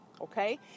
okay